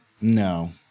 No